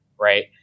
Right